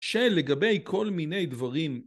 ‫שלגבי כל מיני דברים.